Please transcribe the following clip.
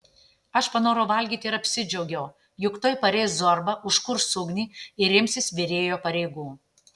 aš panorau valgyti ir apsidžiaugiau juk tuoj pareis zorba užkurs ugnį ir imsis virėjo pareigų